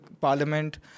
parliament